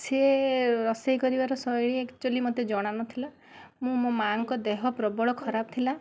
ସିଏ ରୋଷେଇ କରିବାର ଶୈଳୀ ଆକ୍ଚୁଆଲି ମୋତେ ଜଣାନଥିଲା ମୁଁ ମୋ ମା'ଙ୍କ ପ୍ରବଳ ଖରାପ ଥିଲା